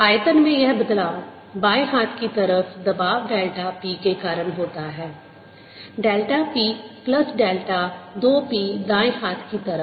आयतन में यह बदलाव बाएं हाथ की तरफ दबाव डेल्टा p के कारण होता है delta p plus delta 2 p दाएं हाथ की तरफ